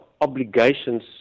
obligations